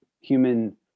human